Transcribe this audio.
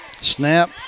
Snap